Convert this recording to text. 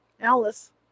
Alice